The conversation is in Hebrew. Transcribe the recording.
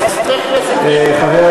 נכונה.